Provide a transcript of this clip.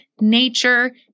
nature